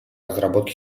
разработке